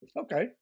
Okay